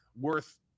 worth